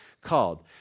called